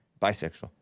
bisexual